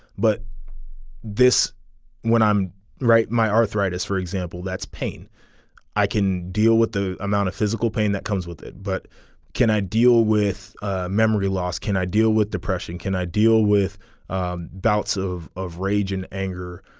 but this when i'm right my arthritis for example that's pain i can deal with the amount of physical pain that comes with it but can i deal with ah memory loss can i deal with depression can i deal with um bouts of of rage and anger.